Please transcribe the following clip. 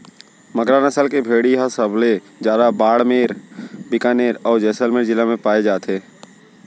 मगरा नसल के भेड़ी ह सबले जादा बाड़मेर, बिकानेर, अउ जैसलमेर जिला म पाए जाथे